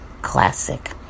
classic